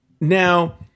Now